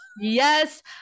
Yes